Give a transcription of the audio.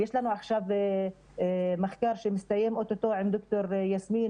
יש לנו עכשיו מחקר שמסתיים אוטוטו עם ד"ר יסמין